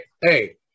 Hey